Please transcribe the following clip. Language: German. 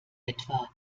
etwa